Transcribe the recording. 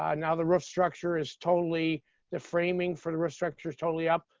ah now the roof structure is totally the framing for the restructure is totally up.